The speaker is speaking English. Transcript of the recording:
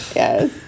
yes